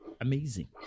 amazing